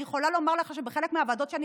אני יכולה לומר לך שבחלק מהוועדות שאני